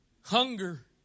hunger